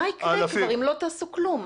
מה יקרה כבר אם לא תעשו כלום?